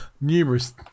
numerous